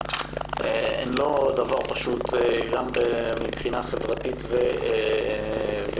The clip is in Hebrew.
הן לא דבר פשוט מבחינה חברתית וקהילתית.